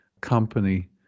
company